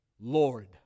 Lord